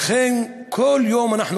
לכן, כל יום אנחנו